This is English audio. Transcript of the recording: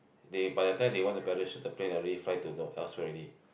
they by the time they want to parachute the plane already fly to elsewhere already